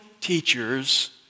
teachers